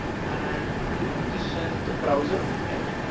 and this is the browser, right?